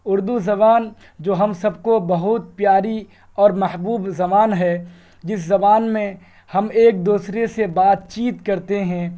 اردو زبان جو ہم سب کو بہت پیاری اور محبوب زبان ہے جس زبان میں ہم ایک دوسرے سے بات چیت کرتے ہیں